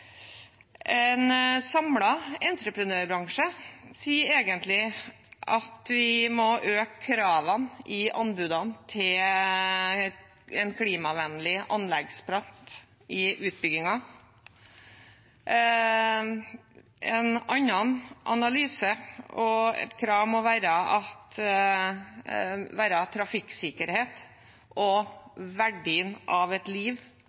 En samlet entreprenørbransje sier egentlig at vi må øke kravene i anbudene til en klimavennlig anleggsplass i utbyggingen. En annen analyse og et krav må være trafikksikkerhet og verdien av et liv og tapet av et liv.